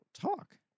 talk